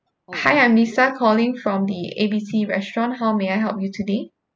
hi I'm lisa calling from the A B C restaurant how may I help you today